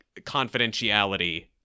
confidentiality